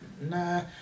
Nah